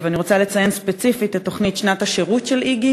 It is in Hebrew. ואני רוצה לציין ספציפית את תוכנית שנת השירות של "איגי",